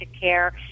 care